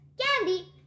candy